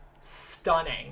stunning